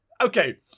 Okay